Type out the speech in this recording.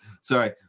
Sorry